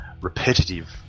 repetitive